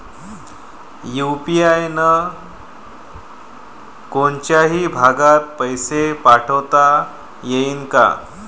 UPI न कोनच्याही भागात पैसे पाठवता येईन का?